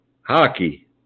hockey